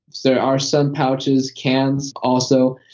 there are some pouches, cans, also,